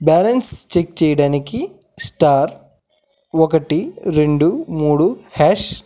balance check చెయ్యడానికి star ఒకటి రెండు మూడు హ్యాష్